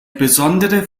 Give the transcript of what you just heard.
besondere